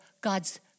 God's